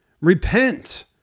Repent